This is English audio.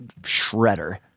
shredder